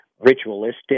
ritualistic